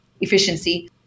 Efficiency